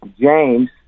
James